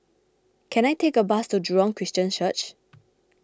can I take a bus to Jurong Christian Church